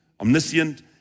omniscient